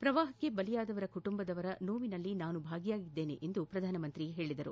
ಪ್ರವಾಹಕ್ಕೆ ಬಲಿಯಾದವರ ಕುಟುಂಬದವರ ನೋವಿನಲ್ಲಿ ನಾನು ಭಾಗಿಯಾಗಿದ್ದೇನೆ ಎಂದು ಪ್ರಧಾನಿ ಹೇಳಿದರು